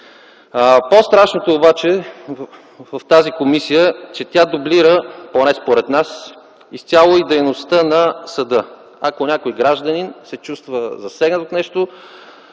По-страшното, обаче в тази комисия е, че тя дублира, поне според нас, изцяло и дейността на съда. Ако някой гражданин се чувства засегнат от нещо,